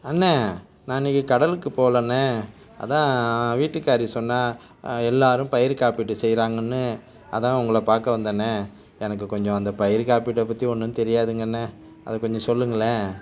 அண்ணே நான் இன்றைக்கு கடலுக்குப் போகலண்ணே அதுதான் வீட்டுக்காரி சொன்னாள் எல்லோரும் பயிர் காப்பீட்டு செய்கிறாங்கன்னு அதுதான் உங்களை பார்க்க வந்தண்ணே எனக்குக் கொஞ்சம் அந்த பயிர் காப்பீட்டை பற்றி ஒன்றும் தெரியாதுங்கண்ணே அதை கொஞ்சம் சொல்லுங்கள்